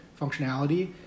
functionality